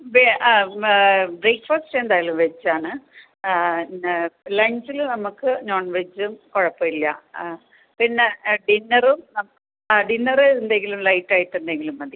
ബെഹ് breakfast എന്തായാലും veg ആണ് പിന്നെ ലഞ്ചിൽ നമുക്ക് നോൺ വെജും കുഴപ്പം ഇല്ല ആ പിന്നെ ഡിന്നറും ആ ഡിന്നർ എന്തെങ്കിലും ലൈറ്റ് ആയിട്ട് എന്തെങ്കിലും മതി